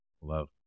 Love